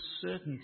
certainty